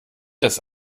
das